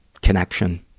connection